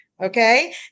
Okay